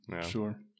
sure